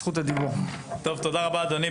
תודה רבה, אדוני.